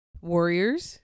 Warriors